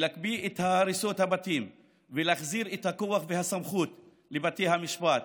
להקפיא את הריסות הבתים ולהחזיר את הכוח והסמכות לבתי המשפט.